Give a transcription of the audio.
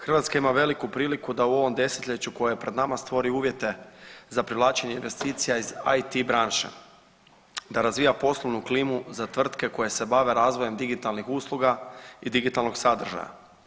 Hrvatska ima veliku priliku da u ovom desetljeću koje je pred nama stvori uvjete za privlačenje investicija iz IT branše, da razvija poslovnu klimu za tvrtke koje se bave razvojem digitalnih usluga i digitalnog sadržaja.